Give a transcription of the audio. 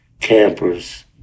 campers